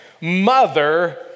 Mother